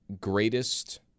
greatest